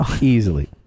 Easily